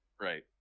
Right